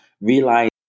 realize